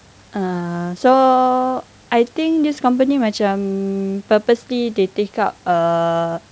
uh so I think this company macam purposely they take up err